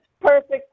perfect